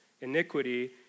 iniquity